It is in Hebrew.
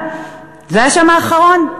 זה השם האחרון,